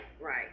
right